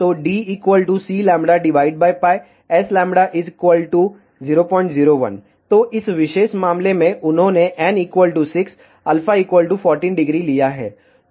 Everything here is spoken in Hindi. तो D Cλπ Sλ 001 तो इस विशेष मामले में उन्होंने n 6 α 140 लिया है